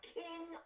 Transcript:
king